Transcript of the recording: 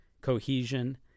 cohesion